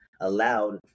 allowed